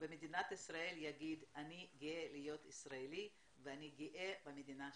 במדינת ישראל יגיד שהוא גאה להיות ישראלי ואני גאה במדינה שלי.